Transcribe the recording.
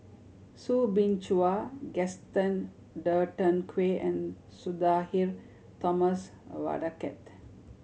Soo Bin Chua Gaston Dutronquoy and Sudhir Thomas Vadaketh